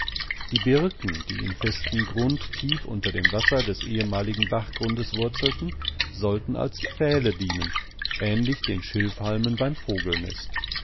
die birken die im festen grund tief unter dem wasser des ehemaligen bachgrundes wurzelten sollten als pfähle dienen ähnlich den schilfhalmen beim vogelnest